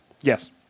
Yes